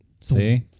See